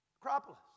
Acropolis